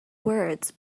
words